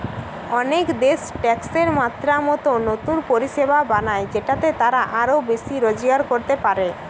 অনেক দেশ ট্যাক্সের মাত্রা মতো নতুন পরিষেবা বানায় যেটাতে তারা আরো বেশি রোজগার করতে পারে